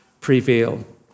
prevail